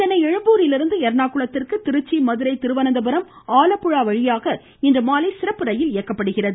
சென்னை எழும்பூரிலிருந்து எர்ணாகுளத்திற்கு திருச்சி மதுரை திருவனந்தபுரம் ஆலப்புழா வழியாக இன்றுமாலை சிறப்பு ரயிலும் இயக்கப்படுகிறது